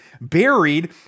buried